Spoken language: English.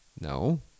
No